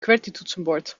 qwertytoetsenbord